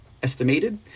estimated